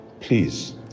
please